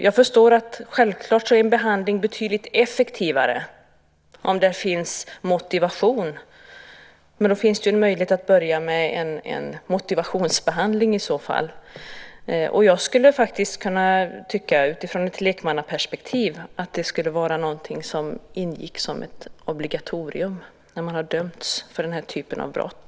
Jag förstår att en behandling är betydligt effektivare om det finns en motivation bakom deltagandet i den, men det finns i så fall möjlighet att börja med en motivationsbehandling. Jag skulle faktiskt ur ett lekmannaperspektiv kunna tänka mig att detta skulle ingå som ett obligatorium för den som har dömts för den här typen av brott.